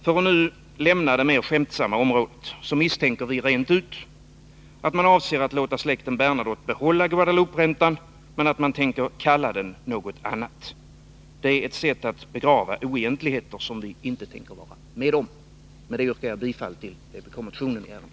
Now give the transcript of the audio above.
För att nu lämna det mer skämtsamma området, misstänker vi rent ut sagt att man avser att låta släkten Bernadotte behålla Guadelouperäntan men att man tänker kalla den något annat. Det är ett sätt att begrava oegentligheter som vi inte tänker vara med om. Med detta yrkar jag bifall till vpk-motionen i ärendet.